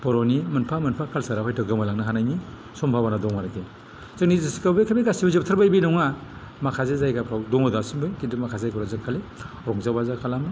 बर'नि मोनफा मोनफा कालसारा हयथ' गोमालांनो हानायनि सम्भाबना दं आरो कि जोंनि दिस्ट्रिकआव एखेबारे जोबथारबाय बे नङा माखासे जायगाफ्राव दङ दासिमबो किन्तु माखासेखालि जोबखाबाय रंजा बाजा खालामो